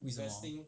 是什么